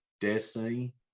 destiny